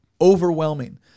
overwhelming